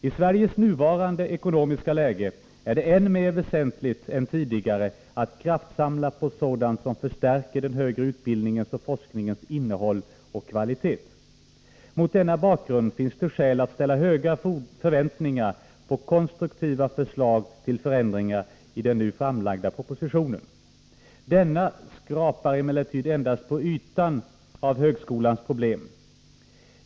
I Sveriges nuvarande ekonomiska läge är det än mer väsentligt än tidigare att kraftsamla på sådant som förstärker den högre utbildningens och forskningens innehåll och kvalitet. Mot denna bakgrund fanns det skäl att ställa höga förväntningar på konstruktiva förslag till förändringar i den nu framlagda propositionen. Denna skrapar emellertid endast på ytan av högskolans problem.